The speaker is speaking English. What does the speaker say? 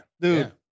Dude